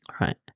right